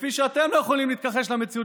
כפי שאתם לא יכולים להתכחש למציאות